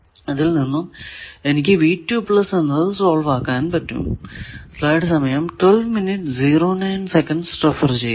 ഇതിൽ നിന്നും എനിക്ക് എന്നത് സോൾവ് ആക്കാൻ പറ്റും